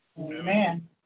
Amen